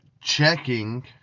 checking